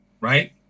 right